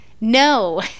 No